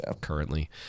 currently